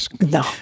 No